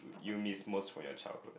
you miss most from your childhood